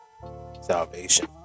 salvation